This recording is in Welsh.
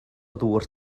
ddŵr